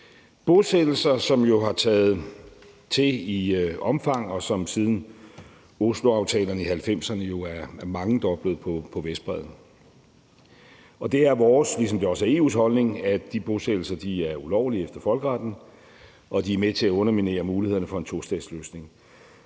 bosættelser, som jo har taget til i omfang, og som siden Osloaftalerne i 1990'erne jo er mangedoblet på Vestbredden. Det er vores holdning, ligesom det også er EU's holdning, at de bosættelser er ulovlige efter folkeretten, og at de er med til at underminere mulighederne for en tostatsløsning.